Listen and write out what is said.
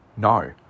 No